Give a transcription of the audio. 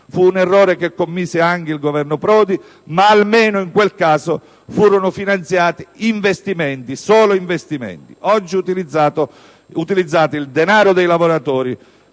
(fu un errore che commise anche il Governo Prodi ma almeno in quel caso furono finanziati solo investimenti; oggi utilizzate il denaro dei lavoratori